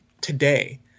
today